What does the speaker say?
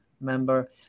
member